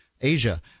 Asia